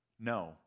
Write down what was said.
No